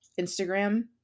Instagram-